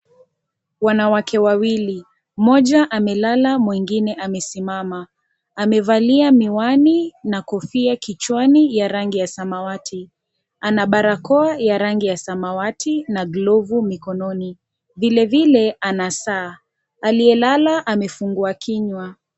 Wanawake wawili , mmoja amelala mwingine amesimama amevalia miwani na kofia kichwani ya rangi ya samawati , ana barakoa ya rangi ya samawati na glovu mikononi , vilevile ana saa. Aliyelala amefungua kinywa.